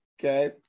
Okay